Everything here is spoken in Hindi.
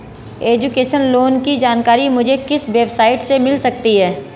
एजुकेशन लोंन की जानकारी मुझे किस वेबसाइट से मिल सकती है?